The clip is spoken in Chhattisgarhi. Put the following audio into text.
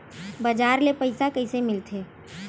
बजार ले पईसा कइसे मिलथे?